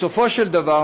בסופו של דבר,